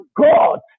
God